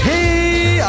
Hey